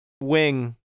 wing